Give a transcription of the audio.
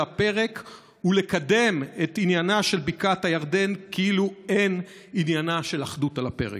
הפרק ולקדם את עניינה של בקעת הירדן כאילו אין עניינה של אחדות על הפרק.